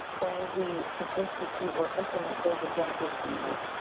then we can institute or implement those adjusted fees.